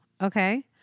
Okay